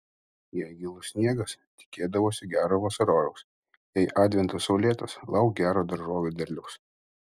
jei gilus sniegas tikėdavosi gero vasarojaus jei adventas saulėtas lauk gero daržovių derliaus